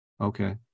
Okay